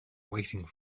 waiting